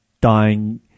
dying